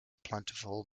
plentiful